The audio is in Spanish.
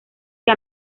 que